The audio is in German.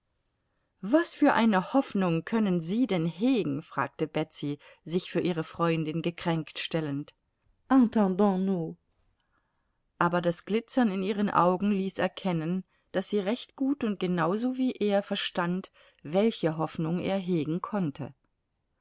was für eine hoffnung können sie denn hegen fragte betsy sich für ihre freundin gekränkt stellend entendonsnous aber das glitzern in ihren augen ließ erkennen daß sie recht gut und genauso wie er verstand welche hoffnung er hegen konnte